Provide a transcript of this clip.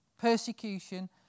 persecution